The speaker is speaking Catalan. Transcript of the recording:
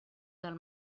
del